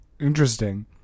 Interesting